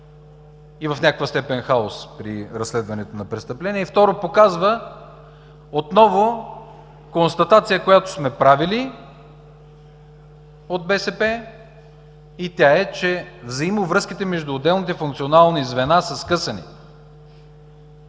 и в някаква степен хаос при разследване на престъпления, и второ, отново показва констатация, която сме правили от БСП, че взаимовръзките между отделните функционални звена са скъсани.